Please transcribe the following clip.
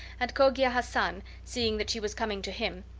and cogia hassan, seeing that she was coming to him,